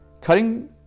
cutting